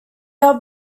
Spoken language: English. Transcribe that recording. are